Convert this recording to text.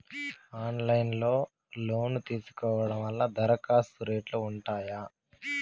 Online లో loan తీసుకోవడం వల్ల దరఖాస్తు రేట్లు ఉంటాయా?